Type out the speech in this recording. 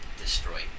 destroy